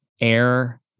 air